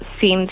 seems